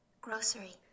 Grocery